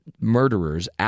murderers